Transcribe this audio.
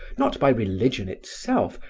not by religion itself,